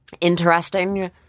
interesting